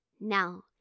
Now